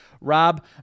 Rob